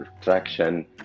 traction